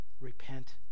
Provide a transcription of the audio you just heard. repent